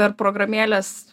per programėles